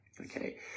okay